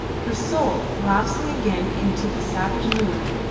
her soul, lapsing again into the savage mood,